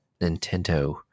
nintendo